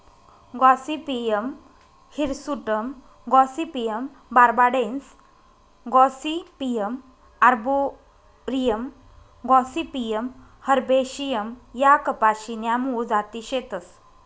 Gossypium hirsutum Gossypium barbadense Gossypium arboreum Gossypium herbaceum ह्या कपाशी न्या मूळ जाती शेतस